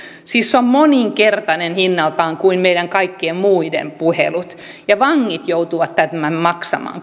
puhelut ovat moninkertaisia hinnaltaan verrattuna meidän kaikkien muiden puheluihin ja vangit joutuvat tämän maksamaan